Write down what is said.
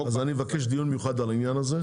אז אני אבקש דיון מיוחד על העניין הזה,